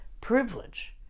privilege